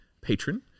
patron